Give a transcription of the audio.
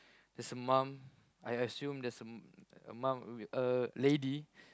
there's a mom I assume there's a a mom a lady